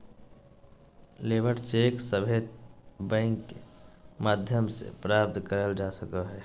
labour cheque सभे bank के माध्यम से प्राप्त करल जा सको हय